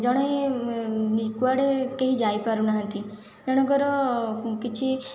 ଜଣେ କୁଆଡ଼େ କେହି ଯାଇପାରୁ ନାହାନ୍ତି ଜଣଙ୍କର କିଛି